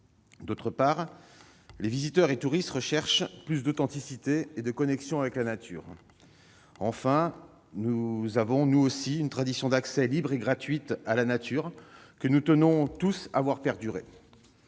D'autre part, les visiteurs et touristes recherchent plus d'authenticité et de connexion avec la nature. Enfin, de troisième part, nous avons, nous aussi, une tradition d'accès libre et gratuit à la nature, que nous tenons tous à voir perdurer.